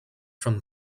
from